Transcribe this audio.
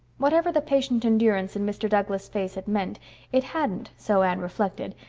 whatever the patient endurance in mr. douglas' face had meant it hadn't, so anne reflected,